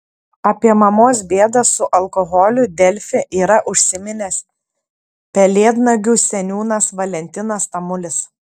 apie mamos bėdas su alkoholiu delfi yra užsiminęs pelėdnagių seniūnas valentinas tamulis